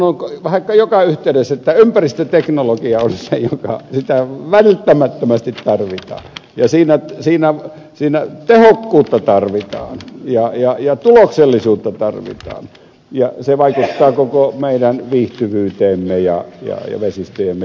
minä olen sanonut vähän joka yhteydessä että ympäristöteknologiaa välttämättömästi tarvitaan ja siinä tehokkuutta tarvitaan ja tuloksellisuutta tarvitaan ja se vaikuttaa koko meidän viihtyvyyteemme ja vesistöjemme tilaan ja tulevaisuuteen